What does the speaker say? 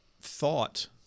thought